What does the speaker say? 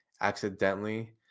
accidentally